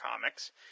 comics